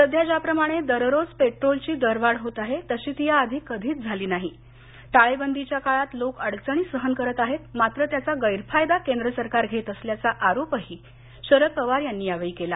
सध्या ज्याप्रमाणे दररोज पेट्रोलची दरवाढ होत आहे तशी ती या आधी कधीच झाली नाही टाळेबंदीच्या काळात लोक अडचणी सहन करत आहेत मात्र त्याचा गैरफायदा केंद्र सरकार घेत असल्याचा आरोपही शरद पवार यांनी केला